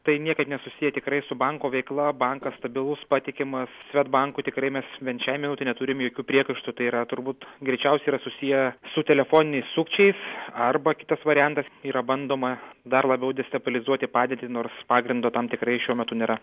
tai niekaip nesusiję tikrai su banko veikla bankas stabilus patikimas svedbanku tikrai mes bent šiai minutei neturim jokių priekaištų tai yra turbūt greičiausiai yra susiję su telefoniniais sukčiais arba kitas variantas yra bandoma dar labiau destabilizuoti padėtį nors pagrindo tam tikrai šiuo metu nėra